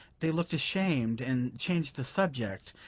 they looked ashamed and changed the subject,